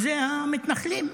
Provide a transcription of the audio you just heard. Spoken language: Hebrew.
והיא המתנחלים.